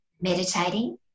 meditating